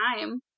time